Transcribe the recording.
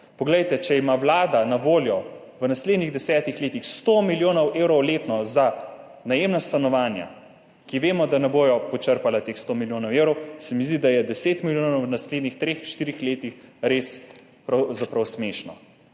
postavke. Če ima Vlada na voljo v naslednjih desetih letih 100 milijonov evrov letno za najemna stanovanja, ki vemo, da ne bodo počrpala teh 100 milijonov evrov, se mi zdi, da je 10 milijonov v naslednjih treh, štirih letih res pravzaprav smešno.